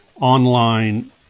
online